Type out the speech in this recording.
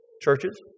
churches